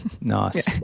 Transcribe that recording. Nice